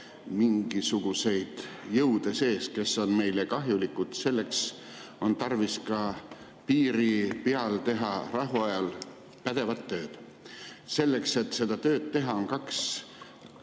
mingisuguseid jõude sees, kes on meile kahjulikud, on tarvis ka rahuajal teha piiri peal pädevat tööd. Selleks, et seda tööd teha, on kaks